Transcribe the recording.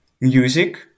music